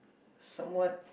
somewhat